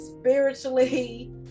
spiritually